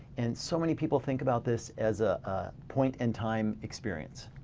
and so many people think about this as a point in time experience.